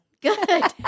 Good